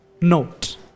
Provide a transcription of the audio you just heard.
note